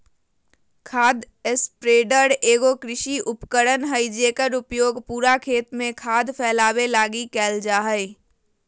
खाद स्प्रेडर एगो कृषि उपकरण हइ जेकर उपयोग पूरा खेत में खाद फैलावे लगी कईल जा हइ